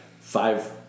five